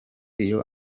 iyo